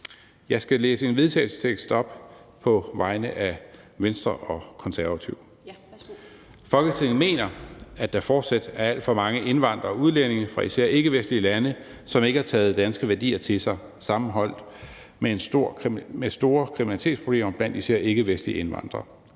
Jeg skal læse en vedtagelsestekst op på vegne af Venstre og Konservative: Forslag til vedtagelse »Folketinget mener, at der fortsat er alt for mange indvandrere og udlændinge fra især ikkevestlige lande, som ikke har taget danske værdier til sig, sammenholdt med et stort kriminalitetsproblem blandt især ikkevestlige indvandrere.